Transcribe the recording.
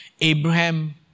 Abraham